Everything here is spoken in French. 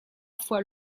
fois